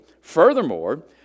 Furthermore